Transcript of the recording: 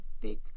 big